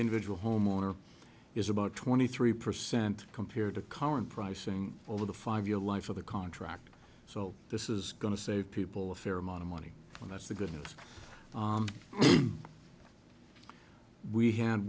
individual homeowner is about twenty three percent compared to current pricing over the five year life of the contract so this is going to save people a fair amount of money and that's the good news we had